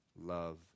love